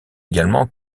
également